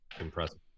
impressive